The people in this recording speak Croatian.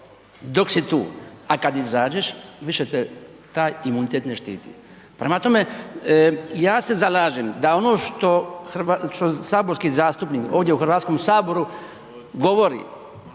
dok si tu, a kad izađeš više te taj imunitet ne štiti. Prema tome, ja se zalažem da ono što saborski zastupnik ovdje u HS govori